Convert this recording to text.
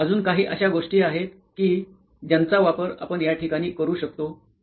अजून काही अश्या गोष्टी आहेत कि ज्यांचा वापर आपण या ठिकाणी करू शकतो